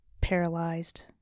paralyzed